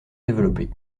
développés